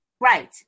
Right